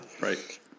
Right